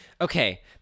Okay